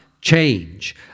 change